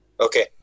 Okay